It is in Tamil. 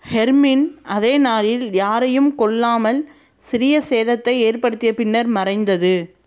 ஹெர்மின் அதே நாளில் யாரையும் கொல்லாமல் சிறிய சேதத்தை ஏற்படுத்திய பின்னர் மறைந்தது